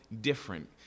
different